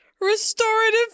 restorative